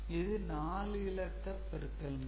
இது 4 இலக்க பெருக்கல் முறை